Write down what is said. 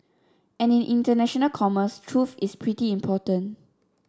and in international commerce truth is pretty important